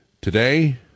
Today